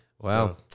wow